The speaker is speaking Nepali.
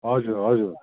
हजुर हजुर